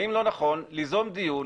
האם לא נכון ליזום דיון?